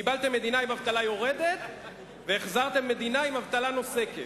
קיבלתם מדינה עם אבטלה יורדת והחזרתם מדינה עם אבטלה נוסקת.